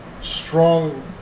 strong